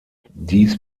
dies